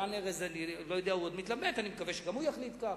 רן ארז עוד מתלבט, אני מקווה שגם הוא יחליט כך.